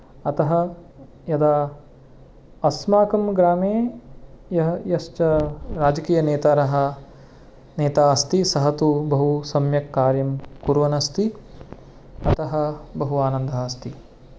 अतः यदा अस्माकं ग्रामे यः यश्च राजकीयनेतारः नेता अस्ति सः तु बहु सम्यक् कार्यं कुर्वन् अस्ति अतः बहु आनन्दः अस्ति